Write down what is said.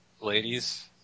ladies